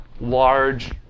large